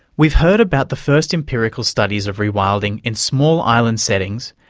we've heard about the first empirical studies of rewilding in small island settings,